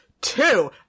Two